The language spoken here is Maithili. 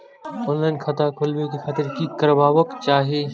ऑनलाईन खाता खोलाबे के खातिर कि करबाक चाही?